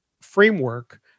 framework